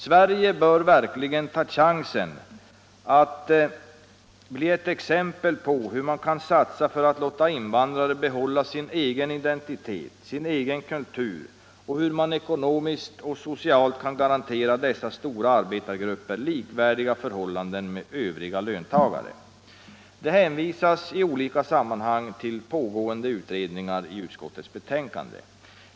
Sverige bör verkligen = Riktlinjer för ta chansen att bli ett exempel på hur man kan satsa för att låta invandrare — invandraroch behålla sin egen identitet och sin egen kultur och hur man ekonomiskt = minoritetspolitiken, och socialt kan garantera dessa stora arbetargrupper förhållanden som = Mm.m. är likvärdiga med övriga löntagares. Det hänvisas i inrikesutskottets betänkande till olika pågående utredningar.